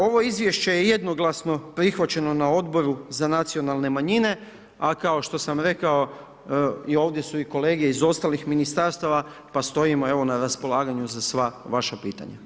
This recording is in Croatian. Ovo izvješće je jednoglasno prihvaćeno na Odboru za nacionalne manjine, a kao što sam rekao, i ovdje su i kolege iz ostalih ministarstva pa stojimo, evo na raspolaganju za sva vaša pitanja.